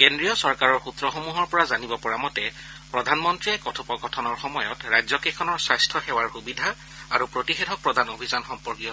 কেন্দ্ৰীয় চৰকাৰৰ সূত্ৰসমূহৰ পৰা জানিব পৰা মতে প্ৰধানমন্ত্ৰীয়ে এই কথোপকথনৰ সময়ত ৰাজ্য কেইখনৰ স্বাস্থ্য সেৱা সুবিধা আৰু প্ৰতিষেধক প্ৰদান অভিযান সম্পৰ্কীয়